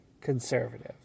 conservative